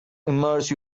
immerse